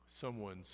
someone's